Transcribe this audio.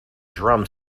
drum